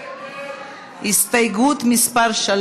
ההסתייגות (3)